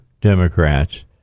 Democrats